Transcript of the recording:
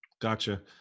Gotcha